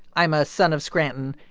i'm a son of scranton.